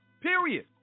Period